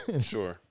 Sure